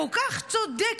את כל כך צודקת,